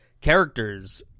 characters